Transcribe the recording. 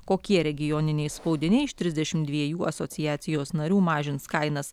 kokie regioniniai spaudiniai iš trisdešim dviejų asociacijos narių mažins kainas